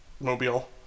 mobile